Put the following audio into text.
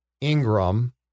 Ingram—